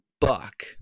Buck